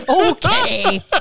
Okay